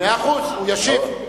מאה אחוז, הוא ישיב.